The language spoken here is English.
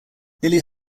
nearly